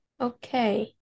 Okay